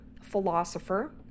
philosopher